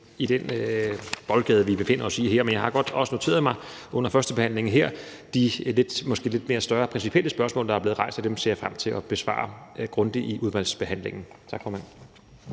i den boldgade, vi befinder os. Men jeg har godt noteret mig her under førstebehandlingen de måske lidt større principielle spørgsmål, der er blevet rejst, og dem ser jeg frem til at besvare grundigt i udvalgsbehandlingen. Tak, formand.